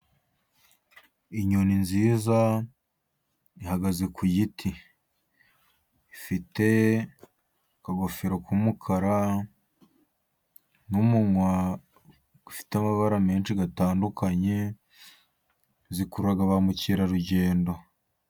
Inyoni nziza ihagaze ku giti, ifite akagofero k'umukara n'umunwa ufite amabara menshi atandukanye, zikurura ba mukerarugendo.